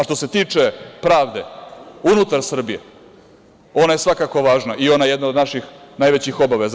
Što se tiče pravde unutar Srbije, ona je svakako važna i ona je jedna od naših najvećih obaveza.